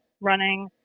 running